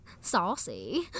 saucy